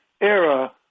era